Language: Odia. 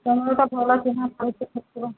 ତୁମର ତ ଭଲ ଚିହ୍ନା ପରିଚୟ ସେଠି ଥିବ